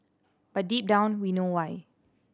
but deep down we know why